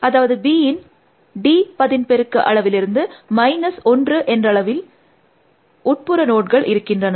அதாவது b யின் d பதின்பெருக்க அளவிலிருந்து மைனஸ் 1 என்றளவில் உட்புற நோட்கள் இருக்கின்றன